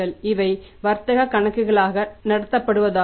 இவை வர்த்தக நோக்கங்களுக்காக நடத்தப்படுவதாகவும்